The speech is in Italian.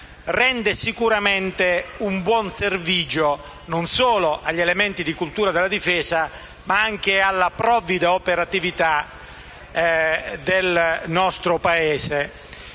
rende sicuramente un buon servizio, non solo alla cultura della difesa ma anche alla provvida operatività del nostro Paese.